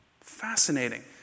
Fascinating